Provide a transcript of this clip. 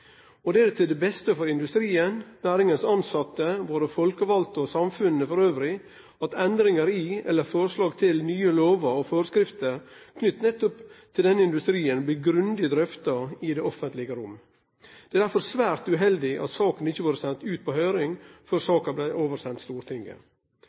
industrien. Det er til det beste for industrien, næringa sine tilsette, våre folkevalde og samfunnet elles at endringar i eller forslag til nye lover og forskrifter knytte til nettopp denne industrien blir grundig drøfta i det offentlege rommet. Det er derfor svært uheldig at saka ikkje har vore send på høyring